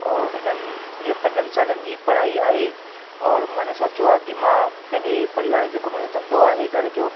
औरि हिननि इहा पंजनि सालनि जी पढ़ाई आहे औरि मांने सोचो आहे की मां पंहिंजे परिवार जो जेको मुंहिंजो धंधो आहे घर जो